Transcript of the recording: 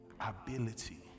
ability